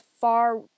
far